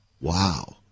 Wow